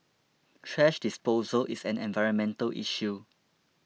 thrash disposal is an environmental issue